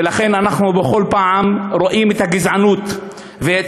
ולכן בכל פעם אנחנו רואים את הגזענות ואת